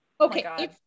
okay